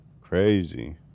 Crazy